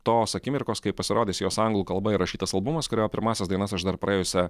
tos akimirkos kai pasirodys jos anglų kalba įrašytas albumas kurio pirmąsias dainas aš dar praėjusią